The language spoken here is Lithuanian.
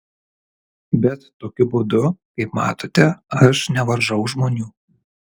bet tokiu būdu kaip matote aš nevaržau žmonių